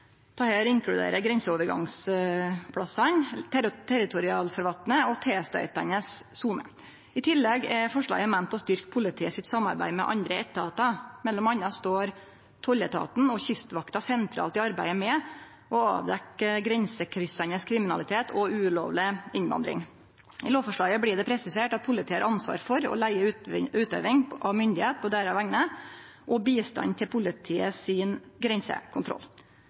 Dette inkluderer grenseovergangsstadene, territorialfarvatnet og tilstøytande sone. I tillegg er forslaget meint å styrkje politiet sitt samarbeid med andre etatar. Mellom anna står tolletaten og Kystvakta sentralt i arbeidet med å avdekkje grensekryssande kriminalitet og ulovleg innvandring. I lovforslaget blir det presisert at politiet har ansvar for og leier utøvinga av myndigheit på deira vegner og bistanden til politiet sin grensekontroll.